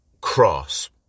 cross